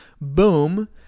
Boom